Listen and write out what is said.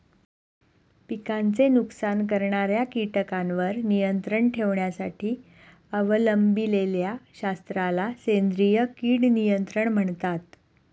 पिकांचे नुकसान करणाऱ्या कीटकांवर नियंत्रण ठेवण्यासाठी अवलंबिलेल्या शास्त्राला सेंद्रिय कीड नियंत्रण म्हणतात